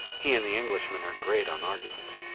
he and the englishman are great on arguments.